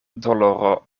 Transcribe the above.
doloro